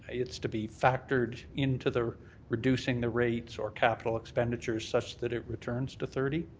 it's to be factored into the reducing the rates or capital expenditures such that it returns to thirty.